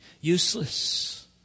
useless